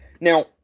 now